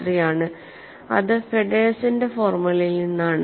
183 ആണ് അത് ഫെഡേഴ്സന്റെ ഫോർമുലയിൽ നിന്നാണ്